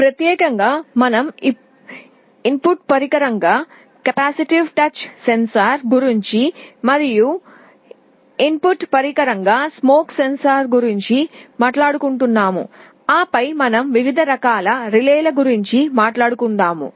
ప్రత్యేకంగా మేము ఇన్పుట్ పరికరంగా కెపాసిటివ్ టచ్ సెన్సార్ గురించి మరియు ఇన్పుట్ పరికరంగా పొగ సెన్సార్ గురించి మాట్లాడుతున్నాము ఆపై మేము వివిధ రకాల రిలేల గురించి మాట్లాడుతున్నాము